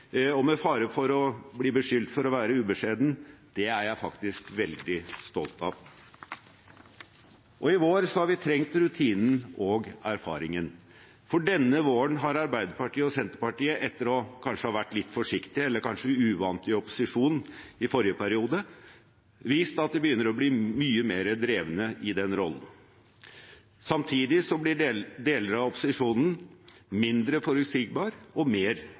Med fare for å bli beskyldt for å være ubeskjeden: Det er jeg faktisk veldig stolt av. I vår har vi trengt rutinen og erfaringen, for denne våren har Arbeiderpartiet og Senterpartiet, etter kanskje å ha vært litt forsiktige, eller kanskje uvante, i opposisjon i forrige periode, vist at de begynner å bli mye mer drevne i den rollen. Samtidig blir deler av opposisjonen mindre forutsigbar og mer